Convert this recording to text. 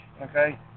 okay